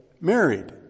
married